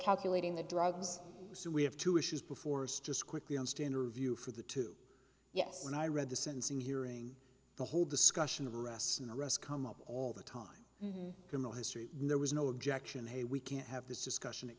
calculating the drugs so we have two issues before is just quickly in standard view for the two yes when i read the sentencing hearing the whole discussion of arrests and arrest come up all the time criminal history there was no objection hey we can't have this